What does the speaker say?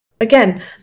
Again